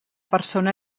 persona